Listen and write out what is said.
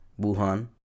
Wuhan